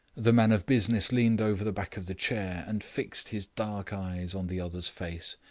the man of business leaned over the back of the chair, and fixed his dark eyes on the other's face.